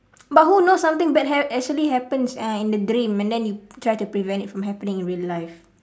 but who knows something bad ha~ actually happens uh in the dream and then you try to prevent it from happening in real life